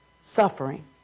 suffering